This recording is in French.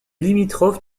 limitrophe